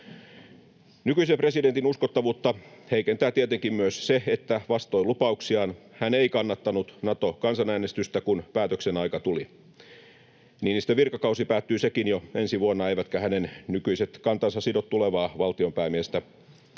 Nykyisen presidentin uskottavuutta heikentää tietenkin myös se, että vastoin lupauksiaan hän ei kannattanut Nato-kansanäänestystä, kun päätöksen aika tuli. Niinistön virkakausi päättyy sekin jo ensi vuonna, eivätkä hänen nykyiset kantansa sido tulevaa valtionpäämiestä,